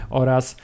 oraz